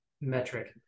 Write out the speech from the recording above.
metric